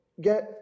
get